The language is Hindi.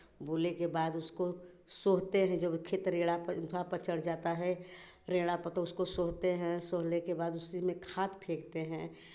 बोने के बाद उसको सोहते हैं जब खेत रेड़ा पर इंफा पर चढ़ जाता है रेड़ा पर तो उसको सोहते हैं सोहले के बाद उसी में खाद फेंकते हैं